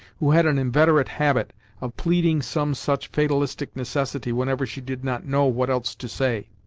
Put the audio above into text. who had an inveterate habit of pleading some such fatalistic necessity whenever she did not know what else to say.